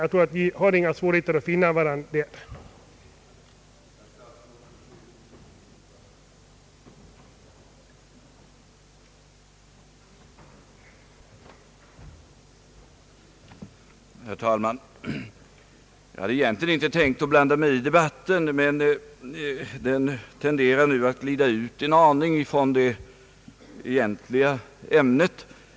Jag tror inte vi har några svårigheter att finna varandra på den punkten.